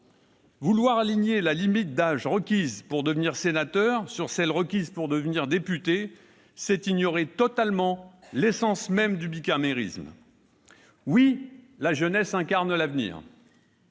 Vouloir aligner la limite d'âge requis pour devenir sénateur sur celle exigée pour devenir député, c'est ignorer totalement l'essence même du bicamérisme. Oui, la jeunesse incarne l'avenir